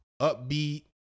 upbeat